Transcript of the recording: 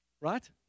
Right